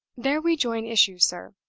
there we join issue, sir,